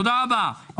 תודה רבה.